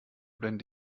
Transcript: blende